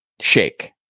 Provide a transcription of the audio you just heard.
shake